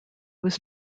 was